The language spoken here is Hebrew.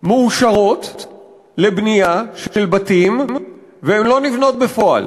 מאושרות לבנייה של בתים והם לא נבנים בפועל.